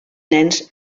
nens